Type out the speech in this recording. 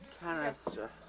Canister